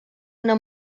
una